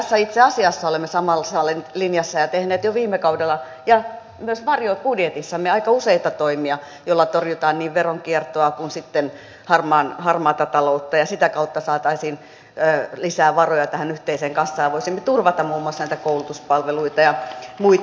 tässä itse asiassa olemme samassa linjassa ja tehneet jo viime kaudella ja myös varjobudjetissamme aika useita toimia joilla torjutaan niin veronkiertoa kuin harmaata taloutta ja sitä kautta saataisiin lisää varoja tähän yhteiseen kassaan ja voisimme turvata muun muassa koulutuspalveluita ja muita